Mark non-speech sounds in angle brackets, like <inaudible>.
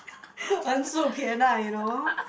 <laughs> 横竖撇捺：heng shu pie na you know